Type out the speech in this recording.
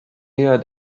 eher